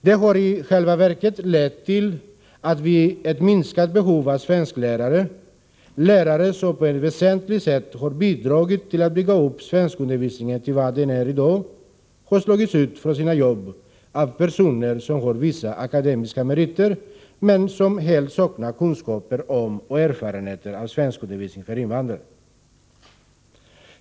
Detta har i själva verket lett till att, vid ett minskat behov av svensklärare, lärare som på ett väsentligt sätt har bidragit till att bygga upp svenskundervisningen till vad den är i dag, har slagits ut från sina jobb av personer som har vissa akademiska meriter, men som helt saknar kunskaper om och erfarenheter av svenskundervisning för invandrare.